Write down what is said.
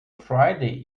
friday